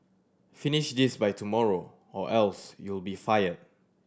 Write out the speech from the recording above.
finish this by tomorrow or else you'll be fired